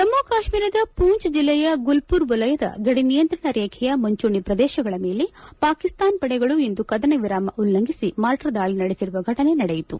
ಜಮ್ಮು ಕಾಶ್ಮೀರದ ಪೂಂಚ್ ಜಿಲ್ಲೆಯ ಗುಲ್ಪುರ್ ವಲಯದ ಗಡಿ ನಿಯಂತ್ರಣ ರೇಖೆಯ ಮುಂಚೂಣಿ ಪ್ರದೇಶಗಳ ಮೇಲೆ ಪಾಕಿಸ್ತಾನ ಪಡೆಗಳು ಇಂದು ಕದನ ವಿರಾಮ ಉಲ್ಲಂಘಿಸಿ ಮಾರ್ಟರ್ ದಾಳಿ ನಡೆಸಿರುವ ಘಟನೆ ನಡೆಯಿತು